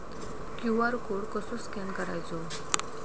QR code कसो scan करायचो?